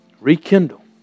Rekindle